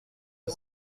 est